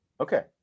Okay